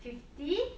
fifty